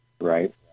right